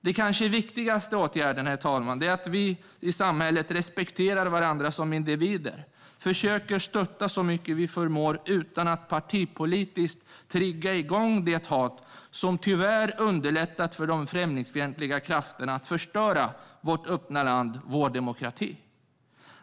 Den kanske viktigaste åtgärden, herr talman, är att vi i samhället respekterar varandra som individer, försöker stötta så mycket vi förmår utan att partipolitiskt trigga igång det hat som tyvärr har underlättat för de främlingsfientliga krafterna att förstöra vårt öppna land och vår demokrati.